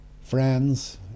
friends